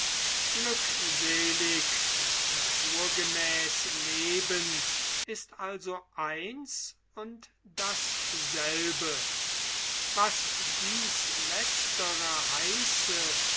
glückselig und naturgemäß leben ist also eins und dasselbe was dies heiße